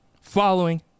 following